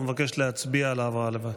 או מבקש להצביע על העברה לוועדה?